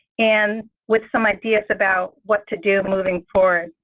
and with some ideas about what to do moving forward.